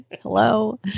hello